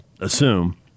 assume